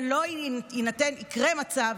ולא יקרה מצב,